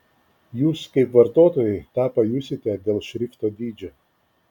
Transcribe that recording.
jūs kaip vartotojai tą pajusite dėl šrifto dydžio